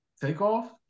Takeoff